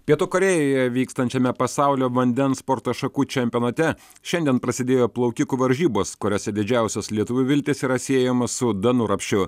pietų korėjoje vykstančiame pasaulio vandens sporto šakų čempionate šiandien prasidėjo plaukikų varžybos kuriose didžiausios lietuvių viltys yra siejamos su danu rapšiu